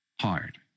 hard